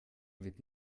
wird